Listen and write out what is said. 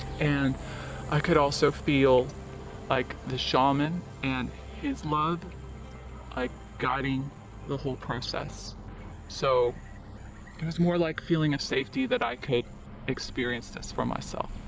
and i could also feel like the shaman and his love like guiding the whole process so it was more like feeling a safety that i can't experience this for myself